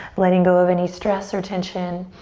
letting go of any stress or tension.